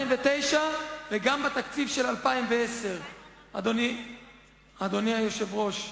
וגם בתקציב של 2010. אדוני היושב-ראש,